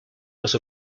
los